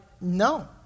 no